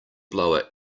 blower